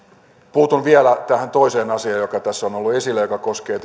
puutun vielä tähän toiseen asiaan joka tässä on ollut esillä joka koskee